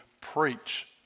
preach